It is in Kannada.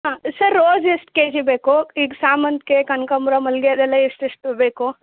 ಹಾಂ ಸರ್ ರೋಸ್ ಎಷ್ಟು ಕೆಜಿ ಬೇಕು ಈಗ ಸಾಮಂತಿಗೆ ಕನ್ಕಾಂಬರ ಮಲ್ಲಿಗೆ ಅದೆಲ್ಲ ಎಷ್ಟೆಷ್ಟು ಬೇಕು